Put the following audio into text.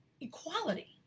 equality